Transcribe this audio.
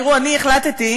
תראו, אני החלטתי,